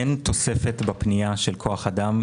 אין תוספת בפנייה של כוח אדם.